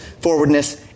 forwardness